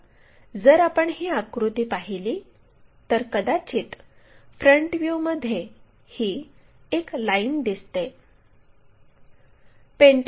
आता जर आपण ही आकृती पाहिली तर कदाचित फ्रंट व्ह्यूमध्ये ही एक लाईन दिसते